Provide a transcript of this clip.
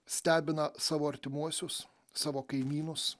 stebina savo artimuosius savo kaimynus